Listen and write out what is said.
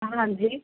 ਹਾਂਜੀ